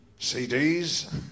CDs